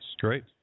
Great